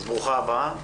ברוכה הבאה.